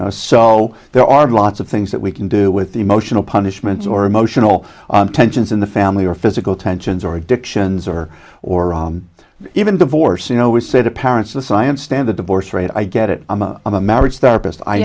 know so there are lots of things that we can do with the emotional punishments or emotional tensions in the family or physical tensions or addictions or or even divorce you know we say to parents the science stand the divorce rate i get it i'm a i'm a marriage therapist i